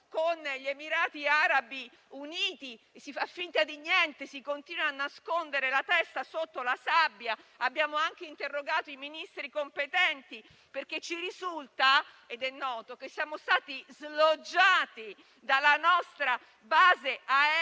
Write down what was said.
con gli Emirati Arabi Uniti. Si fa finta di niente e si continua a nascondere la testa sotto la sabbia. Abbiamo anche interrogato i Ministri competenti perché ci risulta - ed è noto - che siamo stati sloggiati dalla nostra base aerea